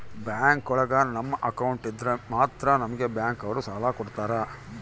bank ಒಳಗ ನಮ್ account ಇದ್ರೆ ಮಾತ್ರ ನಮ್ಗೆ ಬ್ಯಾಂಕ್ ಅವ್ರು ಸಾಲ ಕೊಡ್ತಾರ